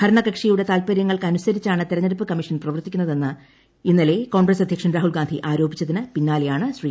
ഭരണ കക്ഷിയുടെ താൽപര്യങ്ങൾക്കനുസരിച്ചാണ് തെരഞ്ഞെടുപ്പ് കമ്മീഷൻ പ്രവർത്തിക്കുന്നത് എന്ന് ഇന്നലെ കോൺഗ്രസ് അധ്യക്ഷൻ രാഹുൽഗാന്ധി ആരോപിച്ചതിന് പിന്നാലെയാണ് ശ്രീ